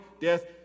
death